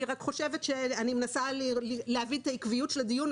אני רק מנסה להבין את העקביות של הדיון.